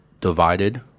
divided